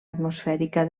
atmosfèrica